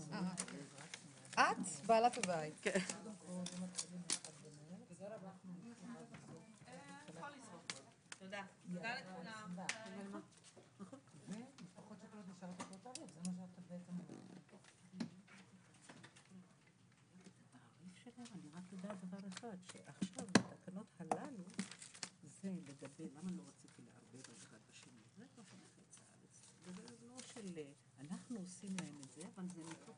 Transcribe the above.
בשעה 10:58.